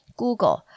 Google